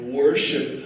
worship